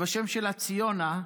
השם שלה הוא ציונה.